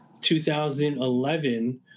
2011